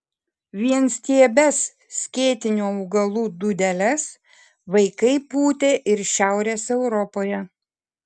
vienstiebes skėtinių augalų dūdeles vaikai pūtė ir šiaurės europoje